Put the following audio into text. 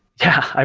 yeah. i